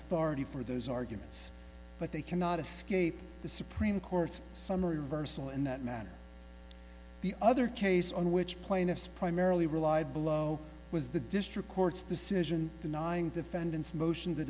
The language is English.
authority for those arguments but they cannot escape the supreme court's summary reversal in that manner the other case on which plaintiffs primarily relied below was the district court's decision denying defendants motion to